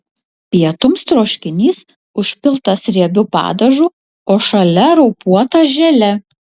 pietums troškinys užpiltas riebiu padažu o šalia raupuota želė